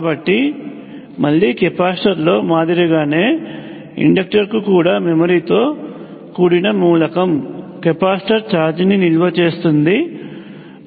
కాబట్టి మళ్ళీ కెపాసిటర్ లో మాదిరిగానే ఇండక్టర్ కూడా మెమరీతో కూడిన మూలకం కెపాసిటర్ ఛార్జిని నిల్వ చేస్తుంది